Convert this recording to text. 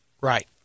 Right